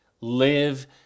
live